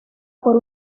por